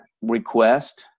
request